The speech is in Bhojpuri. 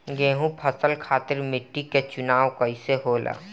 गेंहू फसल खातिर मिट्टी के चुनाव कईसे होला?